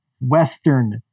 Western